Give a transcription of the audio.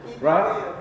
Right